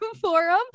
forum